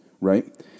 right